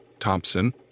Thompson